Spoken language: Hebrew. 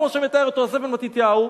כמו שמתאר אותו יוסף בן מתתיהו,